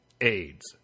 AIDS